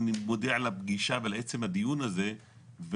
אני מודה על הפגישה ועל עצם הדיון הזה וליו"ר,